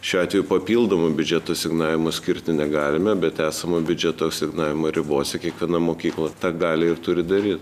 šiuo atveju papildomų biudžeto asignavimų skirti negalime bet esamo biudžeto asignavimo ribose kiekviena mokykla tą galią ir turi daryt